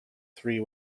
three